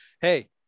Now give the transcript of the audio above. Hey